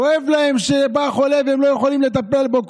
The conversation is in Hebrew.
כואב להם שבא חולה והם לא יכולים לטפל בו.